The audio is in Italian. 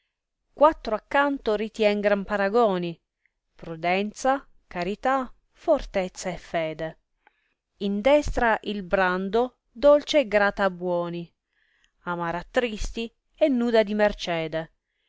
quattro a canto ritien gran paragoni prudenza carità fortezza e fede in destra il brando dolce e grata a buoni amara a tristi e nuda di mercede